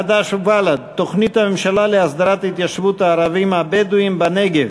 חד"ש ובל"ד: תוכנית הממשלה להסדרת התיישבות הערבים הבדואים בנגב,